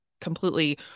completely